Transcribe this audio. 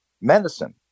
Medicine